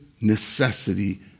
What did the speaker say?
necessity